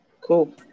cool